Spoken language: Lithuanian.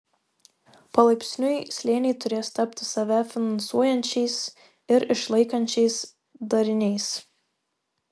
palaipsniui slėniai turės tapti save finansuojančiais ir išlaikančiais dariniais